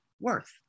worth